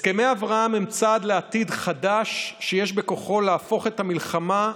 הסכמי אברהם הם צעד לעתיד חדש שיש בכוחו להפוך את המלחמה,